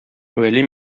вәли